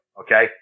Okay